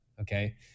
okay